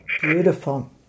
Beautiful